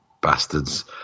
bastards